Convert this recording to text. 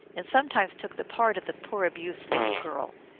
and sometimes took the part of the poor abused little girl,